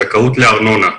זכאות לארנונה.